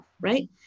right